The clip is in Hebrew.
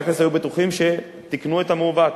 וחברי הכנסת היו בטוחים שתיקנו את המעוות.